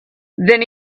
then